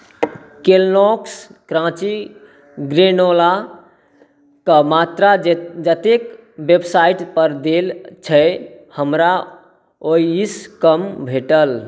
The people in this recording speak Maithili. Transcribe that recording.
केलॉग्स क्रंची ग्रेनोला कऽ मात्रा जतेक वेबसाइटपर देल छै हमरा ओहिसँ कम भेटल